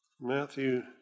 Matthew